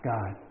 God